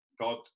God